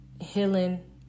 healing